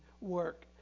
work